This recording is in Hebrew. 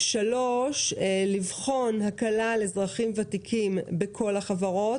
3. לבחון הקלה על אזרחים ותיקים בכל החברות.